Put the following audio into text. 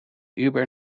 uber